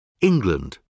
England